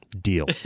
Deal